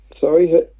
Sorry